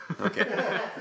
Okay